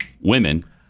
women